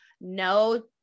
No